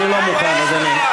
אני לא מוכן, אדוני.